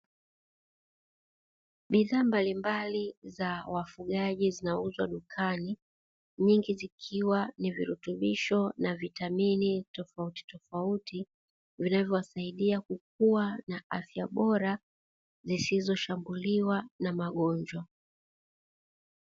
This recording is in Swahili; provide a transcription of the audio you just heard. Bidhaa mbalimbali za wafugaji zinauzwa dukani, nyingi zikiwa ni virutubisho na vitamini tofautitofauti, vinavyowasaidia kukua na afya bora, zisizoshambuliwa na magonjwa.